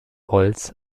holz